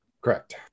Correct